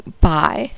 Bye